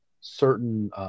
certain